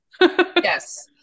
yes